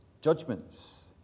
judgments